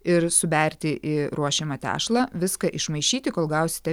ir suberti į ruošiamą tešlą viską išmaišyti kol gausite